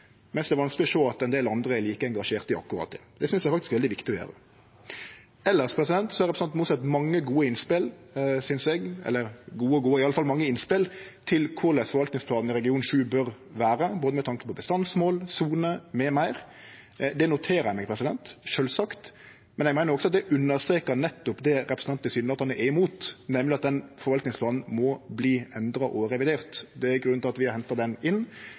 er vanskeleg å sjå at ein del andre er like engasjerte i akkurat det. Det synest faktisk eg er veldig viktig å gjere. Elles har representanten Mossleth mange gode innspel, synest eg – eller gode og gode, i alle fall mange innspel – til korleis forvaltningsplanen i region 7 bør vere med tanke på både bestandsmål, sone m.m. Det noterer eg meg sjølvsagt. Men eg meiner også at det understrekar nettopp det representanten tilsynelatande er imot, nemleg at den forvaltningsplanen må verta endra og revidert. Det er grunnen til at vi har henta han inn,